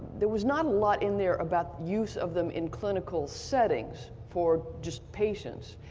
there was not a lot in there about use of them in clinical settings for just patients.